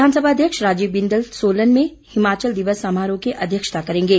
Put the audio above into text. विधानसभा अध्यक्ष राजीव बिंदल सोलन में हिमाचल दिवस समारोह की अध्यक्षता करेंगे